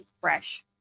fresh